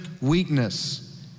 weakness